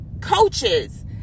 coaches